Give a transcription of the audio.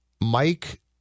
Mike